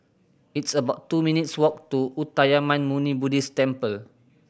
it's about two minutes' walk to Uttamayanmuni Buddhist Temple